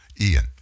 Ian